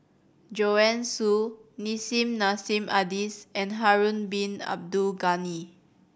Joanne Soo Nissim Nassim Adis and Harun Bin Abdul Ghani